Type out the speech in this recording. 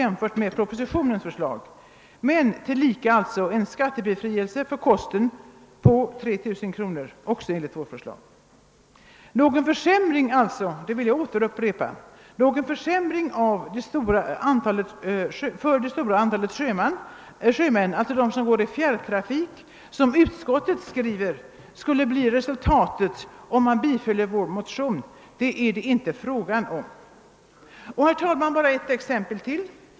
jämfört med propositionens förslag men tillika en skattebefrielse för kosten på 3 000 kr. Någon försämring — det vill jag åter upprepa — för det stora antalet sjömän i fjärrtrafik — vilket utskottet påstår skulle bli resultatet om man biföll vår motion är det inte fråga om. Bara ett exempel till.